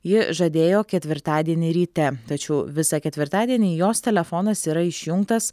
ji žadėjo ketvirtadienį ryte tačiau visą ketvirtadienį jos telefonas yra išjungtas